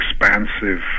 expansive